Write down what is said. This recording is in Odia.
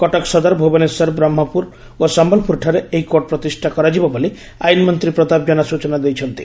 କଟକ ସଦର ଭୁବନେଶ୍ୱର ବ୍ରହ୍କପୁର ଓ ସମ୍ୟଲପୁର ଠାରେ ଏହି କୋର୍ଟ ପ୍ରତିଷା କରାଯିବ ବୋଲି ଆଇନ ମନ୍ତୀ ପ୍ରତାପ ଜେନା ସୂଚନା ଦେଇଛନ୍ତି